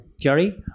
Jerry